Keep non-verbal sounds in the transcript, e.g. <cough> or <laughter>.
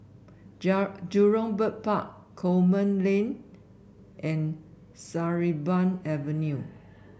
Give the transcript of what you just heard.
<unintelligible> Jurong Bird Park Coleman Lane and Sarimbun Avenue